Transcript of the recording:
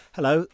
Hello